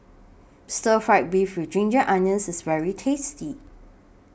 Stir Fry Beef with Ginger Onions IS very tasty